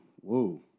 Whoa